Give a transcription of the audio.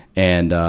and, um,